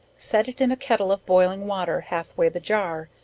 set it in a kettle of boiling water, halfway the jar,